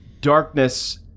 darkness